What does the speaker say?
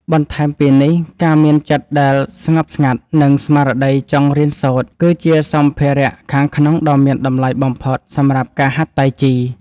បន្ថែមពីនេះ ការមានចិត្តដែលស្ងប់ស្ងាត់ និងស្មារតីចង់រៀនសូត្រ គឺជាសម្ភារៈខាងក្នុងដ៏មានតម្លៃបំផុតសម្រាប់ការហាត់តៃជី។